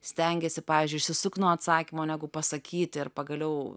stengiesi pavyzdžiui išsisukt nuo atsakymo negu pasakyti ir pagaliau